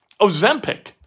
Ozempic